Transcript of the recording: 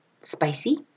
spicy